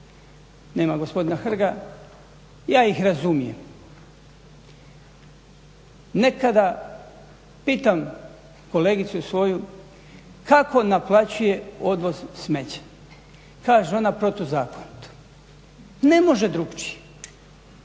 Nema gospodina Hrga, ja ih razumijem. Nekada, pitam kolegicu svoju kako naplaćuje odvoz smeća? Kaže ona protuzakonito. Ne može drukčije.